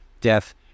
death